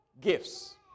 Gifts